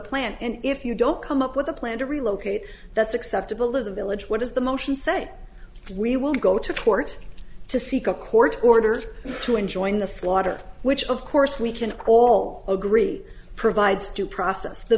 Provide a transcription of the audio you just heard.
plan and if you don't come up with a plan to relocate that's acceptable to the village what is the motion say we will go to court to seek a court order to enjoin the slaughter which of course we can all agree provides to process the